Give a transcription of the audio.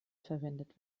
verwendet